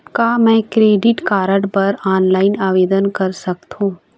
का मैं credit card बर ऑनलाइन आवेदन कर सकथों?